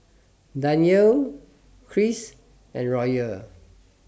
Danyelle Kris and Royal